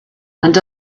and